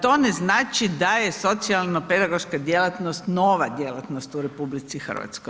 To ne znači da je socijalnopedagoška djelatnost nova djelatnost u RH.